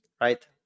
right